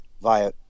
via